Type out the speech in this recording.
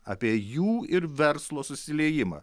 apie jų ir verslo susiliejimą